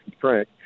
Frank